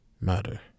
matter